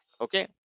okay